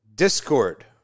discord